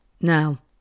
Now